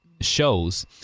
shows